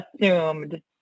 assumed